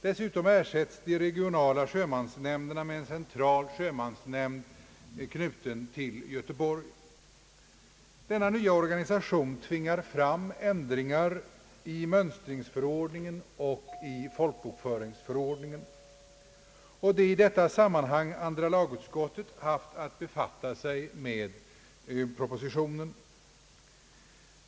Dessutom ersätts de regionala sjömansnämnderna med en central sjömansnämnd knuten till Göteborg. Denna nya organisation tvingar fram ändringar i mönstringsförordningen och folkbokföringsförordningen. Det är i detta sammanhang andra lagutskottet haft att befatta sig med propositionen.